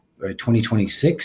2026